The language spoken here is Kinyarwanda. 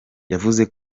yavuze